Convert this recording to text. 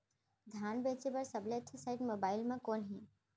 धान बेचे बर सबले अच्छा साइट मोबाइल म कोन हे?